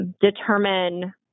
determine